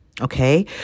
Okay